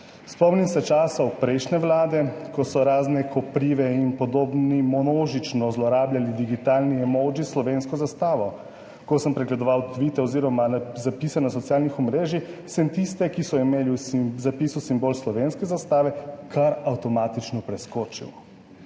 Spomnim se časov prejšnje vlade, ko so razne koprive in podobni množično zlorabljali digitalni emodži s slovensko zastavo. Ko sem pregledoval tvite oziroma zapise na socialnih omrežjih, sem tiste, ki so imeli v zapisu simbol slovenske zastave, kar avtomatično preskočil.